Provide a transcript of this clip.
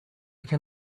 can